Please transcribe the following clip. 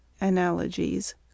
Analogies